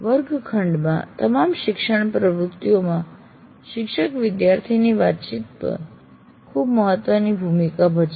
વર્ગખંડમાં તમામ શિક્ષણ પ્રવૃત્તિઓમાં શિક્ષક વિદ્યાર્થીની વાતચીત ખૂબ મહત્વની ભૂમિકા ભજવે છે